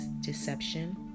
deception